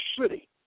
city